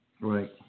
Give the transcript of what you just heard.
Right